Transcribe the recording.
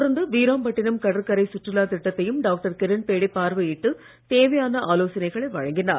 தொடர்ந்து வீராம்பட்டிணம் கடற்கரை சுற்றுலாத் திட்டத்தையும் டாக்டர் கிரண்பேடி பார்வையிட்டு தேவையான ஆலோசனைகளை வழங்கினார்